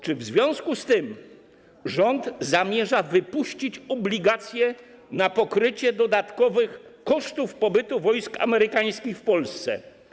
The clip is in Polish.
Czy w związku z tym rząd zamierza wypuścić obligacje na pokrycie dodatkowych kosztów pobytu wojsk amerykańskich w Polsce?